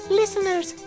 listeners